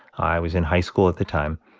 i was in high school at the time,